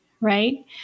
right